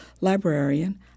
librarian